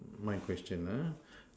my question uh